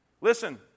Listen